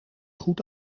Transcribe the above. goed